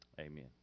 Amen